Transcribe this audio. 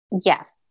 Yes